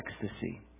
ecstasy